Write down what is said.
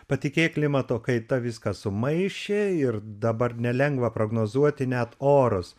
patikėk klimato kaita viską sumaišė ir dabar nelengva prognozuoti net orus